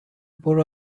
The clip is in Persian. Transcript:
برو